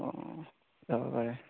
অ যাব পাৰে